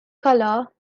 colour